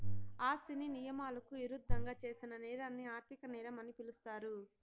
ఆస్తిని నియమాలకు ఇరుద్దంగా చేసిన నేరాన్ని ఆర్థిక నేరం అని పిలుస్తారు